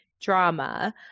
drama